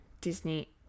Disney+